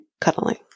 Cuddling